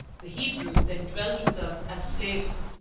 the hebrews then dwelt with us as slaves.